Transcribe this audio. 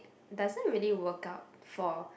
doesn't really work out for